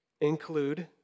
include